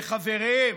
וחברים,